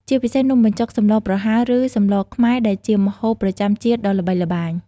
ជាពិសេសនំបញ្ចុកសម្លរប្រហើរ ឬសម្លរខ្មែរដែលជាម្ហូបប្រចាំជាតិដ៏ល្បីល្បាញ ។